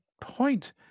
point